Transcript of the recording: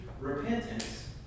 repentance